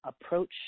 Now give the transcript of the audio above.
approach